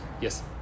Yes